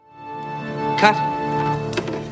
Cut